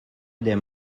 des